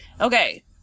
Okay